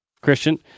Christian